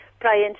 Brian